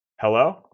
Hello